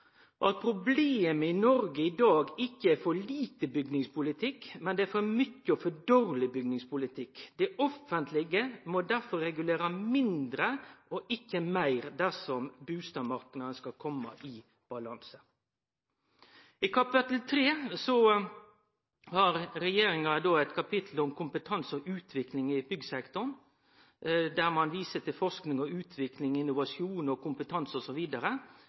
at problemet i Noreg i dag ikkje er for lite bygningspolitikk, men det er for mykje og for dårleg bygningspolitikk. Det offentlege må derfor regulere mindre og ikkje meir, dersom bustadmarknaden skal kome i balanse. I kapittel 3 har regjeringa eit kapittel om kompetanse og utvikling i byggsektoren, der ein viser til forsking og utvikling, innovasjon, kompetanse